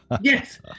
yes